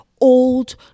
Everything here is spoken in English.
old